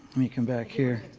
me come back here.